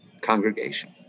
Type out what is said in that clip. congregation